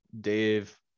Dave